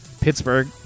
Pittsburgh